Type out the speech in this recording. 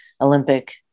olympic